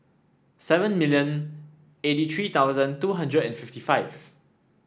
seven million eighty three thousand two hundred and fifty five